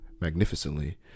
magnificently